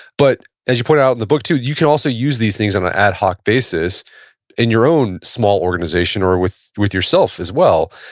but as you pointed out in the book too, you can also use these things on an ad hoc basis in your own small organization or with with yourself as well.